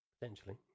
potentially